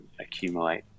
accumulate